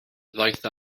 ddaeth